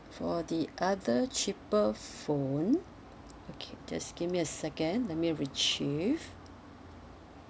for the other cheaper phone okay just give me a second let me retrieve